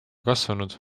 kasvanud